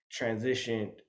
transitioned